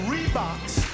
Reeboks